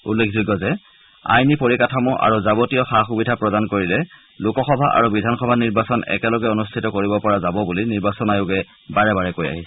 উল্লেখযোগ্য যে আইনী পৰিকাঠামো আৰু যাৱতীয় সা সুবিধা প্ৰদান কৰিলে লোকসভা আৰু বিধানসভা নিৰ্বাচন একেলগে অনুষ্ঠিত কৰিবলৈ সক্ষম বুলি নিৰ্বাচন আয়োগে বাৰে বাৰে কৈ আহিছে